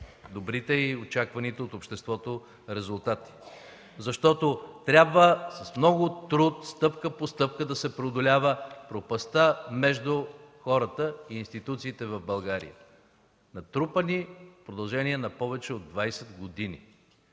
добрите и очаквани от обществото резултати. Защото трябва с много труд, стъпка по стъпка, да се преодолява пропастта между хората и институциите в България, натрупани в продължение на повече от 20 години,